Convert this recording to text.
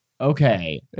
okay